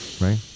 right